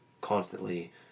constantly